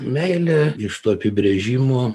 meilė iš to apibrėžimo